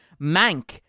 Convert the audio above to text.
Mank